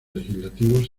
legislativos